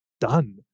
done